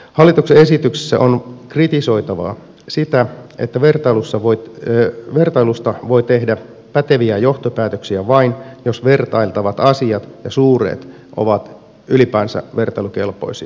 hallituksen esityksessä on kritisoitava sitä että vertailusta voi tehdä päteviä johtopäätöksiä vain jos vertailtavat asiat ja suureet ovat ylipäänsä vertailukelpoisia